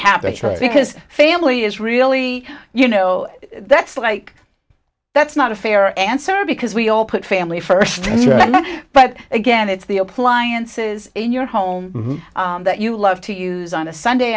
trails because family is really you know that's like that's not a fair answer because we all put family first but again it's the appliances in your home that you love to use on a sunday